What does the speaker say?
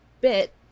bit